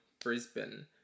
Brisbane